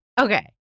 Okay